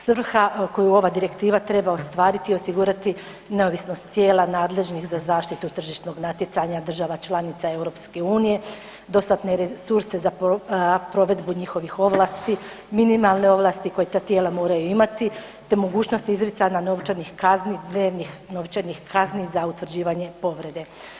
Svrha koju ova direktiva ostvariti, osigurati neovisnost tijela nadležnih za zaštitu tržišnog natjecanja država članica EU, dostatne resurse za provedbu njihovih ovlasti, minimalne ovlasti koje ta tijela moraju imati, te mogućnosti izricanja novčanih kazni, dnevnih novčanih kazni za utvrđivanje povrede.